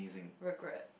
regret